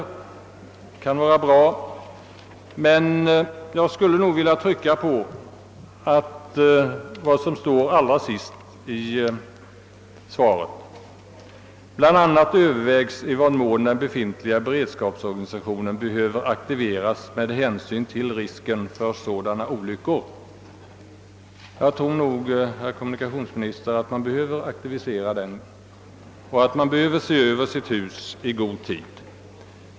Det kan vara bra, men jag skulle vilja trycka på vad som anföres allra sist i svaret: »Bl. a. övervägs i vad mån den befintliga beredskapsorganisationen behöver aktiveras med hänsyn till risken för sådana olyckor.» Jag tror, herr kommunikationsminister, att man behöver aktivera den och se över sitt hus i god tid.